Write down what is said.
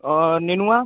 और नेनुआ